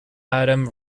adam